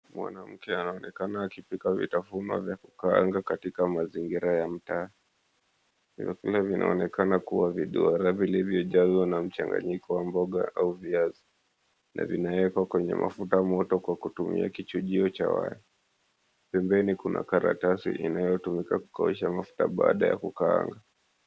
Mwanamke anaonekana akipika vitafunwa vya kukaanga katika mazingira ya mtaa. Vyakula vinaonekana kuwa viduara vilivyojazwa na mchanganyiko wa mboga au viazi, na vinaekwa kwenye mafuta moto kwa kutumia kichujio cha waya. Pembeni kuna karatasi inayotumika kukosha mafuta baada ya kukaanga.